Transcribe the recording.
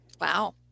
Wow